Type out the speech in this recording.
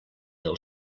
del